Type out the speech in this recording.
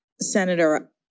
Senator